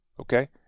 okay